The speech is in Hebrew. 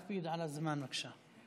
נא להקפיד על הזמן, בבקשה.